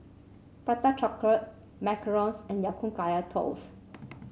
Prata Chocolate macarons and Ya Kun Kaya Toast